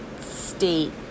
state